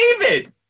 David